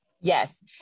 Yes